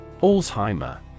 Alzheimer